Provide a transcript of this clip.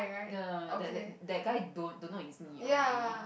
no that that that guy don't don't know is me or anything ah